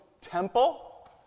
temple